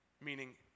Meaning